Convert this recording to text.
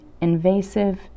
invasive